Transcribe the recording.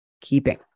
keeping